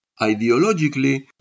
ideologically